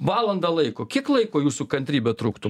valandą laiko kiek laiko jūsų kantrybė truktų